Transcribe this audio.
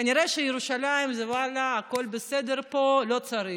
כנראה שירושלים, הכול בסדר פה, לא צריך,